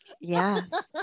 Yes